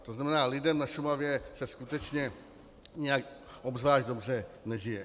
To znamená, lidem na Šumavě se skutečně nijak zvlášť dobře nežije.